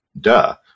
duh